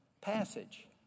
passage